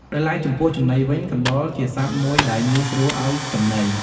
ដោយឡែកចំពោះចំណីវិញ កណ្តុរជាសត្វមួយដែលងាយស្រួលឱ្យចំណី។